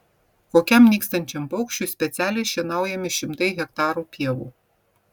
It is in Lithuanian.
kokiam nykstančiam paukščiui specialiai šienaujami šimtai hektarų pievų